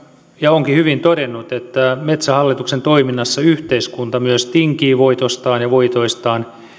ja onkin hyvin todennut että metsähallituksen toiminnassa yhteiskunta myös tinkii voitostaan ja voitoistaan